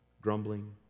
Grumbling